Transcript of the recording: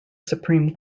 supreme